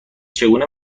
چگونه